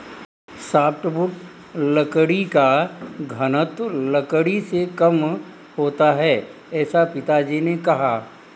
softwood लकड़ी का घनत्व लकड़ी से कम होता है ऐसा पिताजी ने कहा